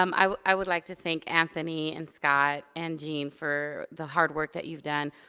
um i i would like to thank anthony and scott and gene for the hard work that you've done.